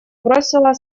бросило